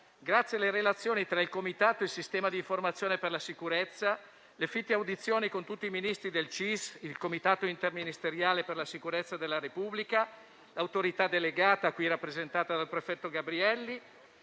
grazie alle relazioni tra il Comitato e il Sistema di informazione per la sicurezza della Repubblica e le fitte audizioni con tutti i ministri del Comitato interministeriale per la sicurezza della Repubblica (CISR), l'Autorità delegata, qui rappresentata dal prefetto Gabrielli,